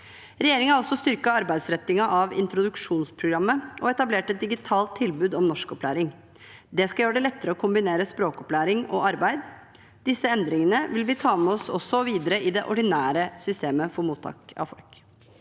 Regjeringen har også styrket arbeidsrettingen av introduksjonsprogrammet og etablert et digitalt tilbud om norskopplæring. Det skal gjøre det lettere å kombinere språkopplæring og arbeid. Disse endringene vil vi også ta med oss videre i det ordinære systemet for mottak av folk.